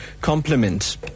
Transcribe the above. compliment